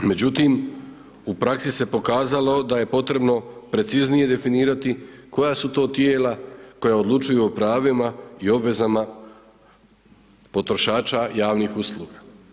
Međutim, u praksi se pokazalo, da je potrebno preciznije definirati koja su to tijela koja odlučuju o pravima i obvezama potrošača javnih usluga.